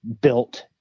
built